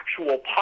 actual